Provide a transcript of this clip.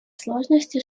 сложности